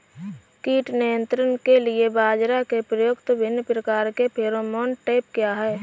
कीट नियंत्रण के लिए बाजरा में प्रयुक्त विभिन्न प्रकार के फेरोमोन ट्रैप क्या है?